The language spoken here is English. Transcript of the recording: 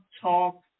Talk